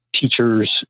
teachers